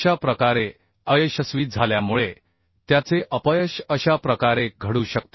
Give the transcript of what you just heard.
अशा प्रकारे अयशस्वी झाल्यामुळे त्याचे अपयश अशा प्रकारे घडू शकते